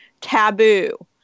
taboo